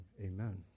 amen